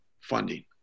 funding